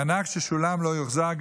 מענק ששולם לא יוחזר,